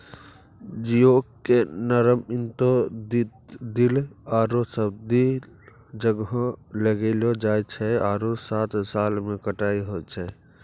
geoduck के नरम intertidal आरो सब्तिदल जग्हो में लगैलो जाय छै आरो सात साल में कटाई होय छै